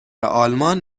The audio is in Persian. آلمان